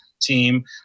team